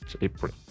April